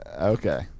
Okay